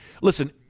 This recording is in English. listen